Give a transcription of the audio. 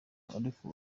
ariko